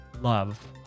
love